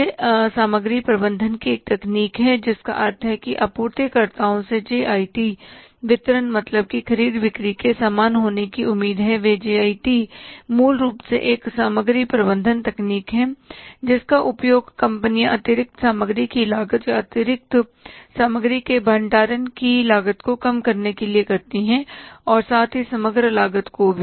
यह सामग्री प्रबंधन की एक तकनीक है जिसका अर्थ है कि आपूर्तिकर्ताओं से जे आई टी वितरण मतलब है कि ख़रीद बिक्री के समान होने की उम्मीद है जे आई टी मूल रूप से एक सामग्री प्रबंधन तकनीक है जिसका उपयोग कंपनियां अतिरिक्त सामग्री की लागत या अतिरिक्त सामग्री के भंडारण की लागत को कम करने के लिए करती हैं और साथ ही समग्र लागत को भी